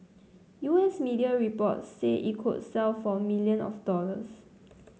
U S media reports say it could sell for million of dollars